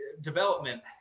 development